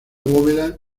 bóveda